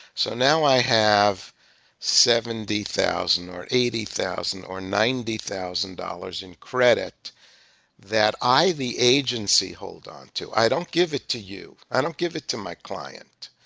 so now i have seventy thousand or eighty thousand or ninety thousand dollars in credit that, i, i, the agency hold on to. i don't give it to you. i don't give it to my client.